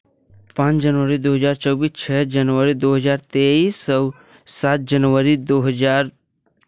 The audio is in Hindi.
पाँच जनवरी दो हज़ार चौबीस छः जनवरी दो हज़ार तेईस और सात जनवरी दो हज़ार